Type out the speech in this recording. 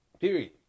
Period